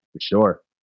Sure